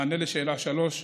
מענה על שאלה 3: